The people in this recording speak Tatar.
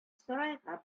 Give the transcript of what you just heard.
сарайга